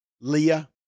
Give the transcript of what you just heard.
Leah